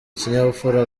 ikinyabupfura